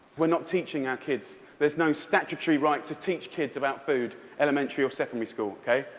we're not teaching our kids. there's no statutory right to teach kids about food, elementary or secondary school, ok?